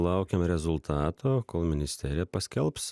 laukiam rezultato kol ministerija paskelbs